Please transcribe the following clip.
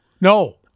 No